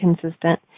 consistent